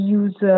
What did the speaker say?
use